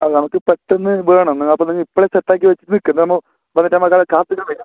അതെ നമ്മൾക്ക് പെട്ടെന്ന് വേണം അപ്പോൾ നിങ്ങൾ ഇപ്പോഴേ സെറ്റാക്കി വച്ച് നിൽക്ക് എന്താണ് നമ്മൾ ബന്നിറ്റാമ്പൊ അല്ലാതെ കാത്ത് നിൽക്കാൻ വയ്യ